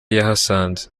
yahasanze